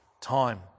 time